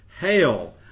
Hail